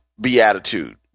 beatitude